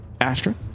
Astra